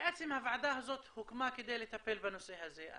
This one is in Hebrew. בעצם הוועדה הזאת הוקמה כדי לטפל בנושא הזה.